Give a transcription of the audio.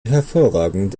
hervorragend